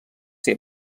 ser